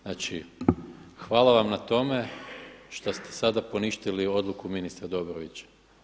Znači, hvala vam na tome što ste sada poništili odluku ministra Dobrovića.